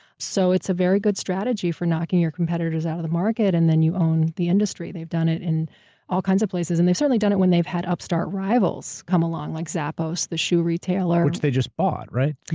so it's a very good strategy for knocking your competitors out of the market, and then you own the industry. they've done it in all kinds of places. and they've certainly done it when they've had upstart rivals come along, like zappos, the shoe retailer. which they just bought, right? didn't